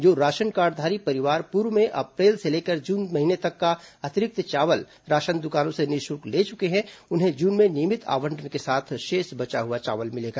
जो राशन कार्डधारी परिवार पूर्व में अप्रैल से लेकर जून महीने तक का आदेश में अतिरिक्त चावल राशन दुकानों से निःशुल्क ले चुके हैं उन्हें जून में नियमित आवंटन के साथ शेष बचा हुआ चावल मिलेगा